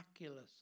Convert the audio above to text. miraculous